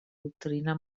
doctrina